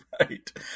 Right